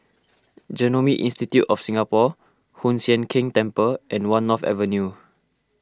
Genome Institute of Singapore Hoon Sian Keng Temple and one North Avenue